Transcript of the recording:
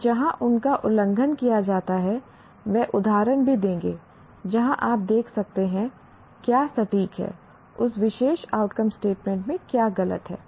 और जहां उनका उल्लंघन किया जाता है वे उदाहरण भी देंगे जहां आप देख सकते हैं क्या सटीक है उस विशेष आउटकम स्टेटमेंट में क्या गलत है